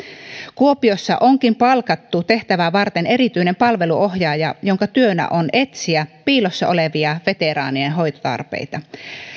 kuopiossa onkin palkattu tehtävää varten erityinen palveluohjaaja jonka työnä on etsiä piilossa olevia veteraanien hoitotarpeita